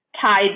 tied